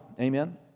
Amen